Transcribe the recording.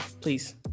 please